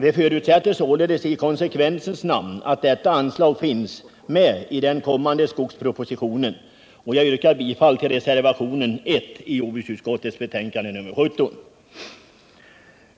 Vi förutsätter således i konsekvensens namn att detta anslag finns med i den kommande skogspro positionen, och jag yrkar bifall till reservationen 1 i jordbruksutskottets betänkande nr 17.